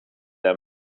them